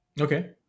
Okay